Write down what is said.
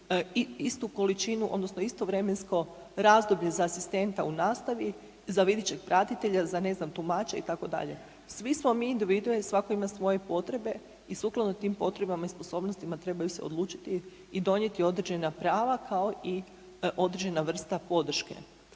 istu količinu odnosno isto vremensko razdoblje za asistenta u nastavi za videćeg pratitelja, za ne znam tumača itd., svi smo mi individue, svako ima svoje potrebe i sukladno tim potrebama i sposobnostima trebaju se odlučiti i donijeti određena prava kao i određena vrsta podrške.